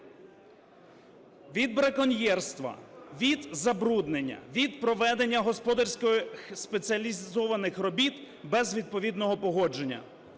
від браконьєрства, від забруднення, від проведення господарських спеціалізованих робіт без відповідного погодження.